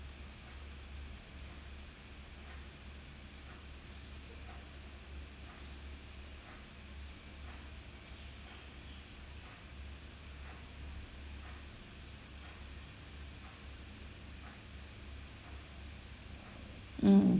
mm